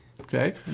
Okay